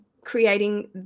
creating